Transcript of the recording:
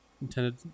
Intended